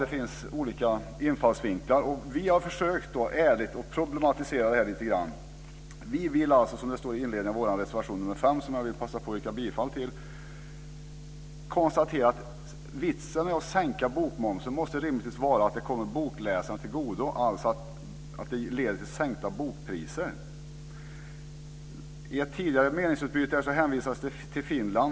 Det finns olika infallsvinklar på detta, och vi har gjort ett försök att problematisera detta lite grann. Vi konstaterar, som det heter i vår reservation nr 5, som jag yrkar bifall till, att vitsen med att sänka bokmomsen rimligtvis måste vara att det kommer bokläsarna till godo i form av sänkta bokpriser. Det har i ett tidigare meningsutbyte hänvisats till Finland.